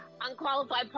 unqualified